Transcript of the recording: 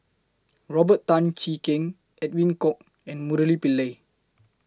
Robert Tan Jee Keng Edwin Koek and Murali Pillai